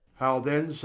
how then,